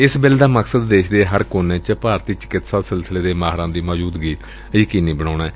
ਇਸ ਬਿੱਲ ਦਾ ਮਕਸਦ ਦੇਸ਼ ਦੇ ਹਰ ਕੋਨੇ ਚ ਭਾਰਤੀ ਚਕਿਤਸਾ ਸਿਲਸਿਲੇ ਦੇ ਮਾਹਿਰਾਂ ਦੀ ਮੌਜੁਦਗੀ ਯਕੀਨੀ ਬਣਾਉਣਾ ਏ